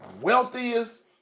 wealthiest